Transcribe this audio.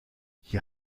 hier